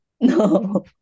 No